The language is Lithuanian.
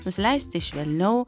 nusileisti švelniau